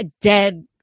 dead